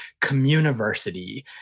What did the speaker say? communiversity